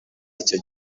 icyo